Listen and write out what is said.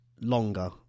longer